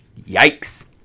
yikes